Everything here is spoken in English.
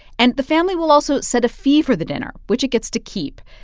and the family will also set a fee for the dinner, which it gets to keep.